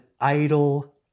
idle